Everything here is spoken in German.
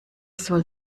soll